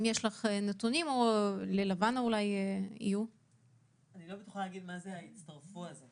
אני לא יודעת מה זה הצטרפו.